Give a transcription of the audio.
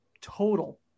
total